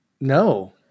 No